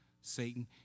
Satan